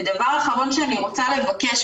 דבר אחרון שאני רוצה לבקש,